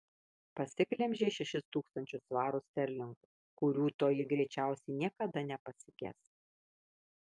pasiglemžei šešis tūkstančius svarų sterlingų kurių toji greičiausiai niekada nepasiges